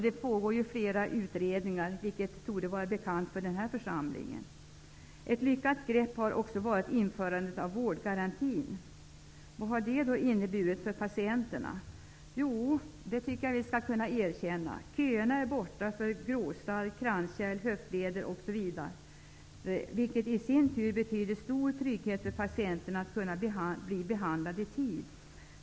Det pågår flera utredningar, vilket torde vara bekant för den här församlingen. Ett lyckat grepp har också varit införandet av vårdgarantin. Vad har det då inneburit för patienterna? Jo, det tycker jag att vi skall kunna erkänna. Köerna är borta för gråstarr, kranskärl, höftleder osv., vilket i sin tur betyder stor trygghet för patienten att kunna bli behandlad i tid.